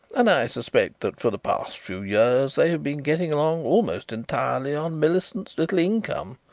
and i suspect that for the past few years they have been getting along almost entirely on millicent's little income.